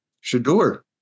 Shador